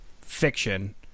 fiction